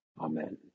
Amen